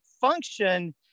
function